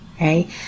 right